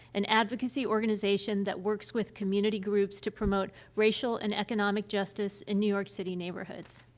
an advocacy organization that works with community groups to promote racial and economic justice in new york city neighborhoods.